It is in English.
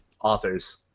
authors